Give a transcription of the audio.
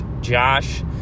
Josh